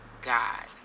god